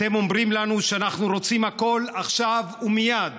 אתם אומרים לנו שאנחנו רוצים הכול עכשיו ומייד,